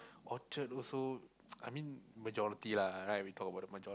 Orchard also I mean majority lah right we talk about the majority